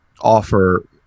offer